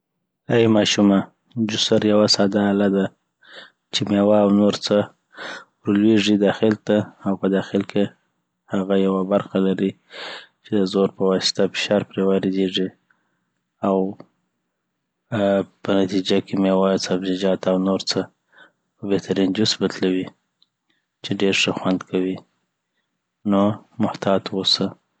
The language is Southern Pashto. ایی ماشومه جوسر یوساده اله ده چي مېوه اونور څه ور لویږي داخل ته او په داخل کی هغه یوه برخه لري چي د روز په واسطه فشار پري واردیږي او آ په نتیجه کیی مېوه سبزیجات او نور څه په بهرین جوس بدلوي .چي ډیرښه خوند لري نو محتاط اوسه.